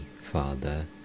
Father